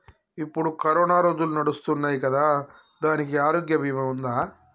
ఇప్పుడు కరోనా రోజులు నడుస్తున్నాయి కదా, దానికి ఆరోగ్య బీమా ఉందా?